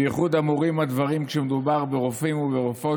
בייחוד אמורים הדברים כשמדובר ברופאים וברופאות